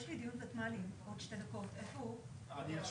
זה